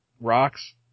rocks